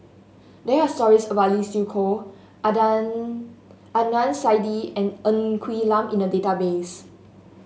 there are stories about Lee Siew Choh Adnan Saidi and Ng Quee Lam in the database